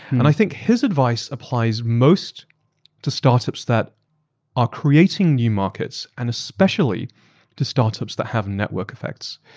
and i think his advice applies most to startups that are creating new markets, and especially to startups that have network effects.